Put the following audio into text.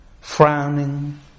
frowning